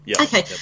Okay